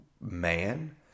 man